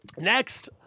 Next